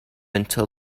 until